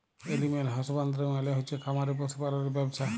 animal husbandry মালে হচ্ছে খামারে পশু পাললের ব্যবছা